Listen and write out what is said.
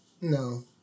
No